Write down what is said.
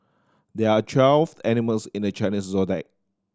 there are twelve animals in the Chinese Zodiac